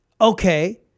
Okay